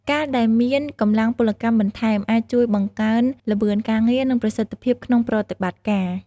ការដែលមានកម្លាំងពលកម្មបន្ថែម អាចជួយបង្កើនល្បឿនការងារ និងប្រសិទ្ធភាពក្នុងប្រតិបត្តិការ។